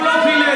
הוא לא פילגש.